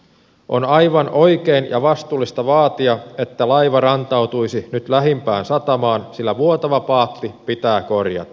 on aivan oikein ja vastuullista vaatia että laiva rantautuisi nyt lähimpään satamaan sillä vuotava paatti pitää korjata